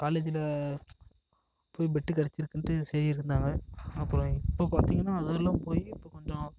காலேஜில் போய் பெட்டு கெடைச்சிருக்குன்ட்டு சரி இருந்தாங்க அப்புறம் இப்போ பார்த்திங்கன்னா அதெல்லாம் போய் இப்போ கொஞ்சம்